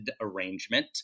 arrangement